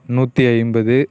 நூற்றி ஐம்பது